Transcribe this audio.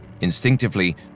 Instinctively